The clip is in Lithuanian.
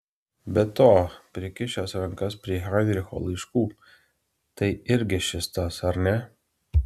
be to prikišęs rankas prie heinricho laiškų tai irgi šis tas ar ne